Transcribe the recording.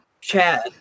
Chad